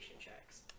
checks